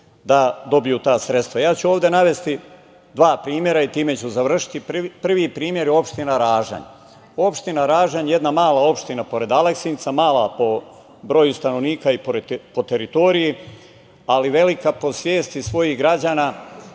da dobiju ta sredstva. Ovde ću navesti dva primera i time ću završiti. Prvi primer je opština Ražanj. Opština Ražanj je jedna mala opština pored Aleksinca. Mala je po broju stanovnika i po teritoriji, ali velika po svesti svojih građana